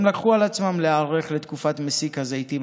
הם לקחו על עצמם להיערך לתקופת מסיק הזיתים,